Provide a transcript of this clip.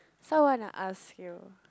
so I wanna ask you